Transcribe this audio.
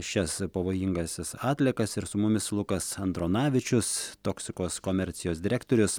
šias pavojingąsias atliekas ir su mumis lukas andronavičius toksikos komercijos direktorius